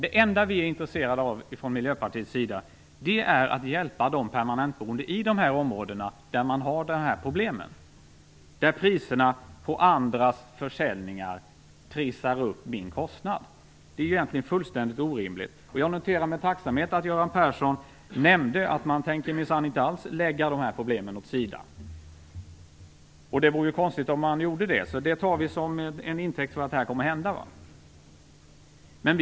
Det enda vi från Miljöpartiets sida är intresserade av är att hjälpa de permanentboende i de områden där dessa problem finns - där priserna på andras försäljningar trissar upp kostnaderna. Det är egentligen helt orimligt. Jag noterar med tacksamhet att Göran Persson nämnde att man tänker minsann inte alls lägga de här problemen åt sidan. Det vore konstigt om man gjorde det. Det tar vi som en intäkt för att det kommer att ske någonting.